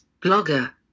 Blogger